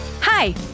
Hi